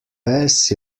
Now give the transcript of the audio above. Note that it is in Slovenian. pes